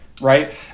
right